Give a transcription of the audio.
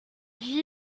vit